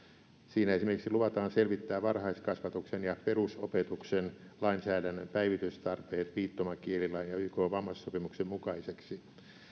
siinä esimerkiksi luvataan selvittää varhaiskasvatuksen ja perusopetuksen lainsäädännön päivitystarpeet viittomakielilain ja ykn vammaissopimuksen mukaiseksi